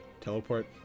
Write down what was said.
teleport